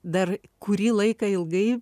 dar kurį laiką ilgai